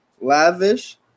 Lavish